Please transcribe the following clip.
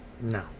No